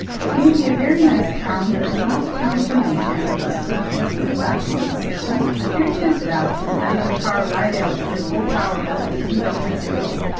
it may be a very nice town, but it's not the town for me, chanted leslie, nestling back among the cushions. here, too! said allison, letting the car ride out under full power over the smooth country road.